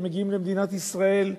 הם מגיעים למדינת ישראל,